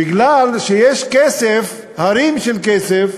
בגלל שיש כסף, הרים של כסף,